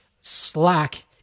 slack